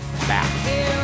back